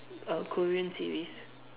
a Korean series